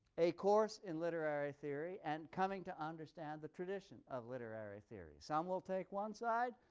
a course in literary theory and coming to understand the tradition of literary theory. some will take one side,